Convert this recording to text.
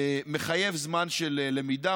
מחייב זמן של למידה,